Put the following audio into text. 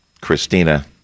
Christina